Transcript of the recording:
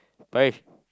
five